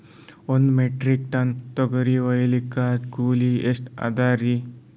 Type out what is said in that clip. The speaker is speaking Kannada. ಒಂದ್ ಮೆಟ್ರಿಕ್ ಟನ್ ತೊಗರಿ ಹೋಯಿಲಿಕ್ಕ ಕೂಲಿ ಎಷ್ಟ ಅದರೀ?